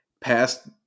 past